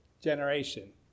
generation